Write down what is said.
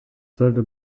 sollte